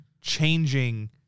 changing